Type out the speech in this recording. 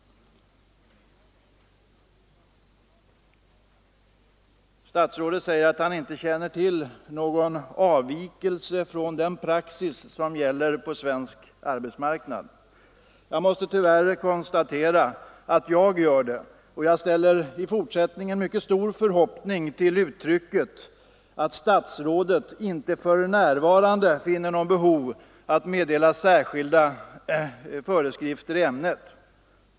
Statsrådet säger att han inte känner till någon avvikelse från den praxis som gäller svensk arbetsmarknad. Jag måste tyvärr konstatera att jag gör det. I fortsättningen sätter jag mitt hopp till att statsrådet inte för närvarande finner något behov av att meddela särskilda föreskrifter i ämnet.